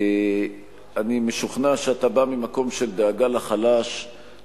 אני משוכנע שאתה בא ממקום של דאגה לחלש,